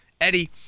Eddie